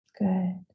Good